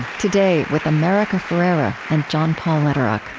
today, with america ferrera and john paul lederach